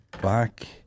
back